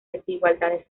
desigualdades